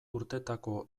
urtetako